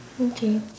okay